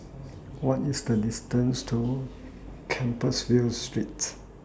What IS The distance to Compassvale Street